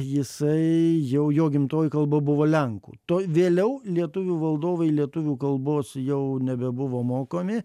jisai jau jo gimtoji kalba buvo lenkų to vėliau lietuvių valdovai lietuvių kalbos jau nebebuvo mokomi